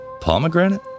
pomegranate